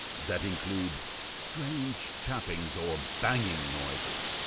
that include strange tappings or banging noises,